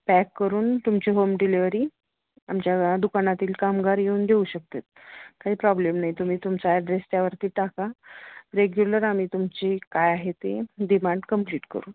pack करून तुमची delivery आमच्या दुकानातील कामगार येऊन देऊ शकत काही प्रॉब्लेम नाही तुम्ही तुमचा ॲड्रेस त्यावरती टाका रेग्युलर आम्ही तुमची काय आहे ते डिमांड कंप्लीट करू